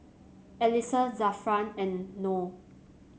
Alyssa Zafran and Noh